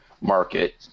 market